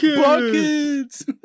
Buckets